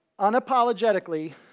unapologetically